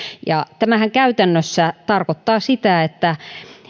tämähän käytännössä tarkoittaa sitä että